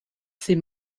ses